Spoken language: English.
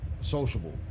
Sociable